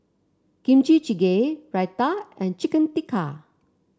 Kimchi Jjigae Raita and Chicken Tikka